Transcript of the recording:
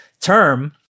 term